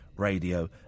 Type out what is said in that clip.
radio